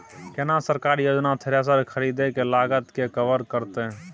केना सरकारी योजना थ्रेसर के खरीदय के लागत के कवर करतय?